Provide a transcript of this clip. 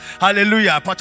hallelujah